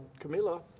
camila,